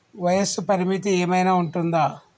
వయస్సు పరిమితి ఏమైనా ఉంటుందా?